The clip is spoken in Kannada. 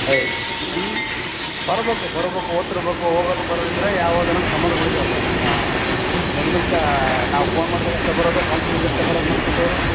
ಹೇ ಬರ್ಬೇಕು ಬರ್ಬೇಕು ಹೋತಿರ್ಬೇಕು ಹೋಗದು ಬರೋದು ಇದ್ದರೆ ಯಾವುದನ ಸಂಬಂಧ ಉಳಿತವಪ್ಪ ನೀನು ದೊಡ್ಡ ಮನುಷ್ಯ ನಾವು ಫೋನ್ ಮಾಡ್ದಾಗ ಅಷ್ಟೇ ಬರೋದು ಫಂಕ್ಷನ್ ಇದ್ದರಷ್ಟೇ ಬರೋದು ಮಾಡ್ಕೊಂತ ಹೋರೆ